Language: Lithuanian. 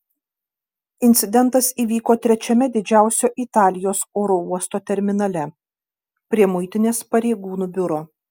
incidentas įvyko trečiame didžiausio italijos oro uosto terminale prie muitinės pareigūnų biuro